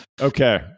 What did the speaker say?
Okay